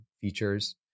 features